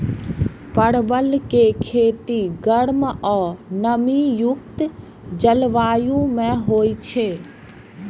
परवल के खेती गर्म आ नमी युक्त जलवायु मे होइ छै